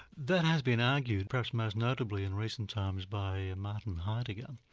that has been argued, perhaps most notably in recent times by and martin heidegger.